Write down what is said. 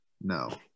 No